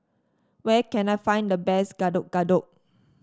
where can I find the best Getuk Getuk